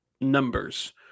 numbers